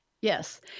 Yes